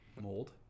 Mold